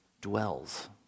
dwells